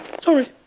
Sorry